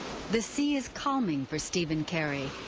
the sea is calming for steven kerry.